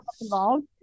involved